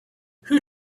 who